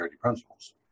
principles